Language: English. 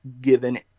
given